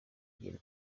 igira